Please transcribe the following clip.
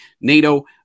NATO